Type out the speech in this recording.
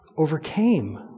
overcame